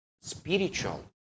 spiritual